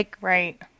right